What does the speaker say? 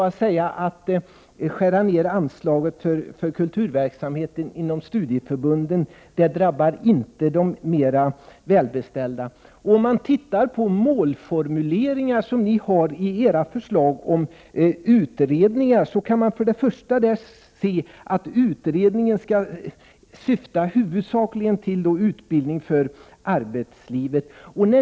Att man skär ned anslaget för kulturverksamhet inom studieförbunden drabbar inte de välbeställda. Målformuleringarna i moderaternas förslag till utredning går ut på att utbildning huvudsakligen skall syfta till utbildning för arbetslivet.